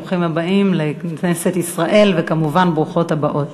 ברוכים הבאים לכנסת ישראל, וכמובן ברוכות הבאות.